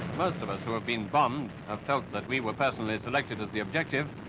most of us who have been bombed have felt that we were personally selected as the objective.